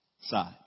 side